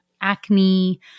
acne